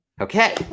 Okay